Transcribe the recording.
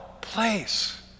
place